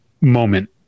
moment